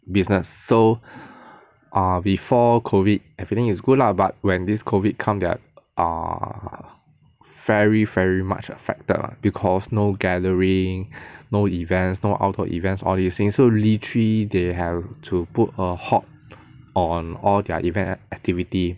business so err before COVID everything is good lah but when this COVID come they are very very much affected because no gatherings no events no outdoor events all these things so literally they have to put a halt on all their event activity